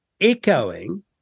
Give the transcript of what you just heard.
echoing